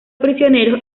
prisioneros